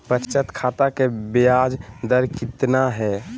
बचत खाता के बियाज दर कितना है?